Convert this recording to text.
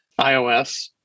iOS